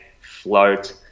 float